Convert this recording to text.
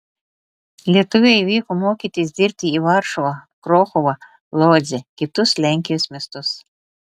lietuviai vyko mokytis dirbti į varšuvą krokuvą lodzę kitus lenkijos miestus